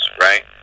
right